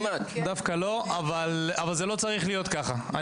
אבל זה לא צריך להיות ככה.